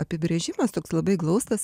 apibrėžimas toks labai glaustas